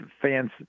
fans